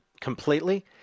completely